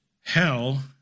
hell